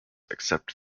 except